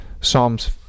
Psalms